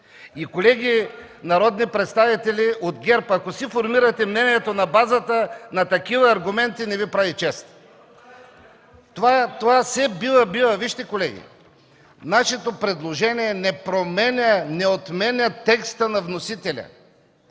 Колеги народни представители от ГЕРБ, ако си формирате мнението на базата на такива аргументи, не Ви прави чест. Колеги, нашето предложение не променя, не отменя текста на вносителя.